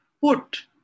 put